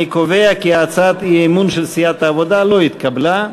אני קובע כי הצעת האי-אמון של סיעת העבודה לא התקבלה.